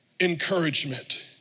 Encouragement